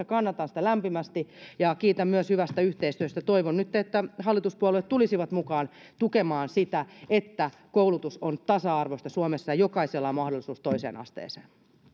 kannatan sitä lämpimästi ja kiitän myös hyvästä yhteistyöstä toivon nyt että hallituspuolueet tulisivat mukaan tukemaan sitä että koulutus on tasa arvoista suomessa ja jokaisella on mahdollisuus toiseen asteeseen